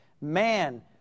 man